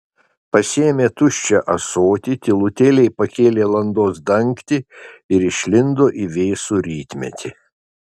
pasiėmė tuščią ąsotį tylutėliai pakėlė landos dangtį ir išlindo į vėsų rytmetį